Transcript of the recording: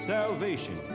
salvation